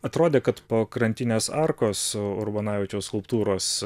atrodė kad po krantinės arkos urbonavičiaus skulptūros